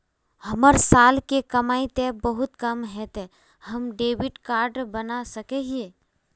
हमर साल के कमाई ते बहुत कम है ते हम डेबिट कार्ड बना सके हिये?